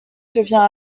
devient